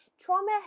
Trauma